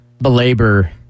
belabor